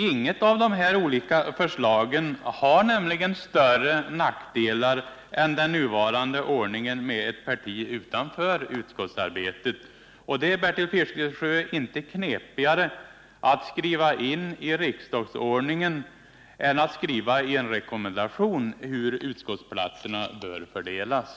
Inget av dessa olika förslag har nämligen större nackdelar än den nuvarande ordningen med ett parti utanför utskottsarbetet. Och det är, Bertil Fiskesjö, inte knepigare att skriva i riksdagsordningen än att skriva i en rekommendation hur utskottsplatserna bör fördelas.